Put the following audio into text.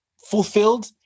fulfilled